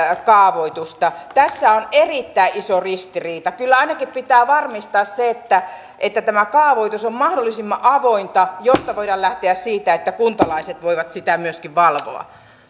kaavoitusta tässä on erittäin iso ristiriita kyllä ainakin pitää varmistaa se että että kaavoitus on mahdollisimman avointa jotta voidaan lähteä siitä että kuntalaiset voivat sitä myöskin valvoa